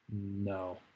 No